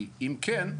כי אם כן,